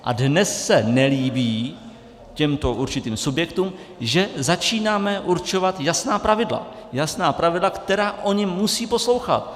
A dnes se nelíbí těmto určitým subjektům, že začínáme určovat jasná pravidla, která oni musí poslouchat.